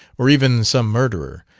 or even some murderer,